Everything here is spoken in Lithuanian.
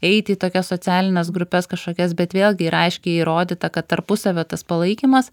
eiti į tokias socialines grupes kažkokias bet vėlgi yra aiškiai įrodyta kad tarpusavio tas palaikymas